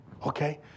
Okay